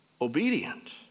obedient